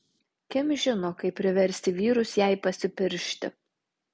kim žino kaip priversti vyrus jai pasipiršti